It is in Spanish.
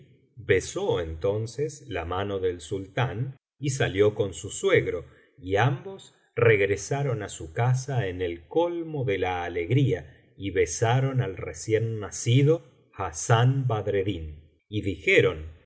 besó entonces la mano del sultán y salió con su suegro y ambos regresaron á su casa en el colmo de la alegría y besaron al recién nacido hassán badreddin y dijeron el